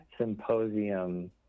symposium